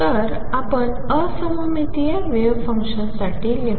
तर आपण असममितीय वेव्ह फंक्शनसाठी लिहू